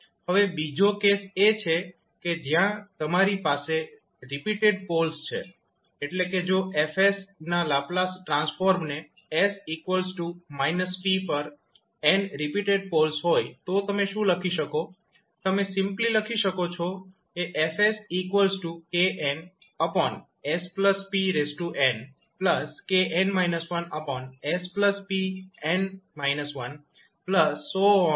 હવે બીજો કેસ એ છે કે જ્યા તમારી પાસે રિપીટેડ પોલ્સ છે એટલે કે જો F ના લાપ્લાસ ટ્રાન્સફોર્મ ને s −p પર n રિપીટેડ પોલ્સ હોય તો તમે શું લખી શકો તમે સિમ્પલી લખી શકો છો Fknspn kn 1spn 1